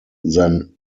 than